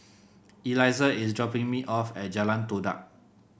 Elizah is dropping me off at Jalan Todak